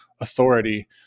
authority